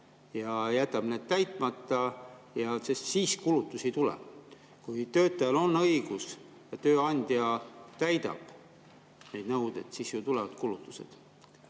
ta jätab need täitmata, kas siis kulutusi ei tule? Aga kui töötajal on õigus ja tööandja täidab need nõuded, siis ju tulevad kulutused.